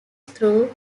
through